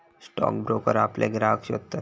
stock broker आपले ग्राहक शोधतत